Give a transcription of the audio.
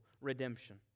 redemption